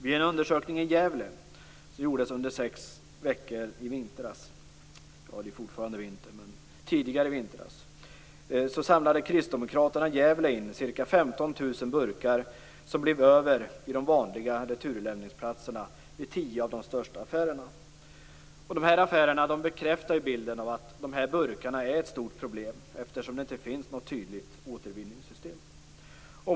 Vid en undersökning i Gävle som gjordes under sex veckor tidigare i vintras samlade Kristdemokraterna i Gävle in ca 15 000 burkar som blev över vid de vanliga returlämningsplatserna vid tio av de största affärerna. Dessa affärer bekräftar bilden av att dessa burkar är ett stort problem, eftersom det inte finns något tydligt återvinningssystem.